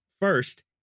First